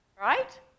Right